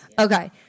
Okay